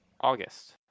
August